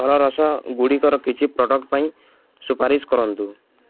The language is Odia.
ଫଳରସଗୁଡ଼ିକର କିଛି ପ୍ରଡ଼କ୍ଟ୍ ପାଇଁ ସୁପାରିଶ କରନ୍ତୁ